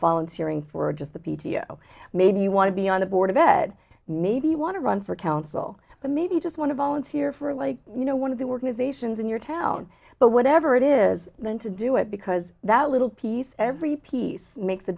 volunteering for just the p t o maybe you want to be on the board of ed maybe want to run for council but maybe just want to volunteer for like you know one of the organizations in your town but whatever it is meant to do it because that little piece every piece makes a